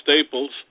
Staples